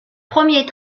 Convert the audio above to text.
premiers